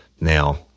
Now